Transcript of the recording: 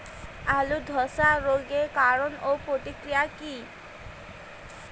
আলুর ধসা রোগের কারণ ও প্রতিকার কি?